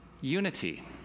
Unity